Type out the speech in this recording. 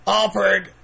offered